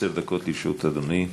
עשר דקות לרשות אדוני.